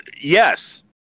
yes